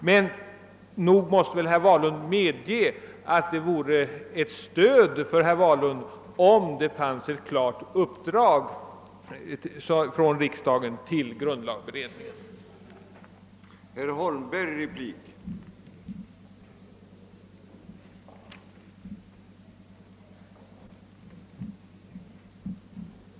Herr Wahlund får väl också medge att det vore ett stöd för honom, om det funnes ett klart uppdrag från riksdagen till grundlagberedningen att ta upp spörsmålet.